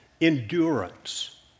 Endurance